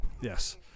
Yes